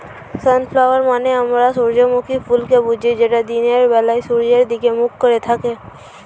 sunflower মানে আমরা সূর্যমুখী ফুলকে বুঝি যেটা দিনের বেলায় সূর্যের দিকে মুখ করে থাকে